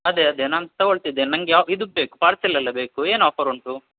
ಅದೆ ಅದೆ ನಾನು ತಗೊಳ್ತಿದ್ದೆ ನಂಗೆ ಯಾ ಇದು ಬೇಕು ಪಾರ್ಸೆಲೆಲ್ಲ ಬೇಕು ಏನು ಆಫರ್ ಉಂಟು